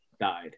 died